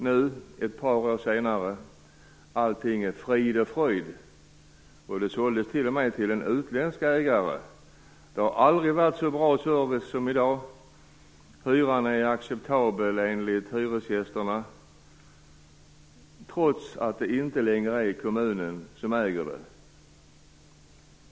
Nu, ett par år senare, är allting frid och fröjd. Bostadsbolaget såldes t.o.m. till en utländsk ägare. Man har aldrig haft så bra service som i dag. Hyrorna är enligt hyresgästerna acceptabla, trots att det inte längre är kommunen som äger bolaget.